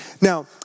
Now